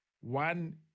One